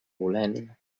volent